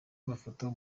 mafoto